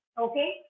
okay